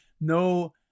no